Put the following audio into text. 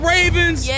Ravens